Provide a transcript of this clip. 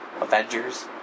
Avengers